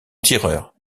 tireur